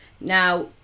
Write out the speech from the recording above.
Now